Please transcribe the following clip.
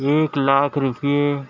ایک لاکھ روپیے